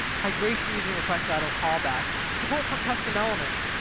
hydration using requestidlecallback, support for custom elements,